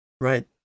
Right